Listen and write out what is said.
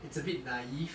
it's a bit naive